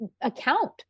account